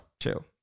Chill